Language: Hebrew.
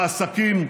בעסקים ובעצמאים.